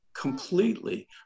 completely